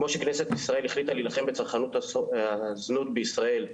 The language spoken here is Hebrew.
כמו שכנסת ישראל החליטה להילחם בצרכנות הזנות בישראל,